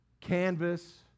canvas